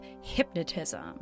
hypnotism